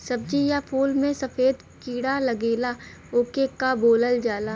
सब्ज़ी या फुल में सफेद कीड़ा लगेला ओके का बोलल जाला?